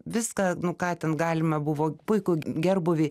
viską nu ką ten galima buvo puikų gerbūvį